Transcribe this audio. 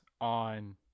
on